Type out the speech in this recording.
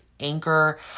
anchor